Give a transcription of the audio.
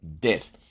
death